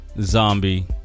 zombie